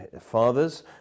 fathers